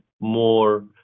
more